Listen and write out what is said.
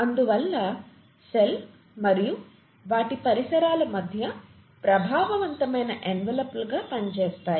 అందువల్ల సెల్ మరియు వాటి పరిసరాల మధ్య ప్రభావవంతమైన ఎన్వలప్లుగా పనిచేస్తాయి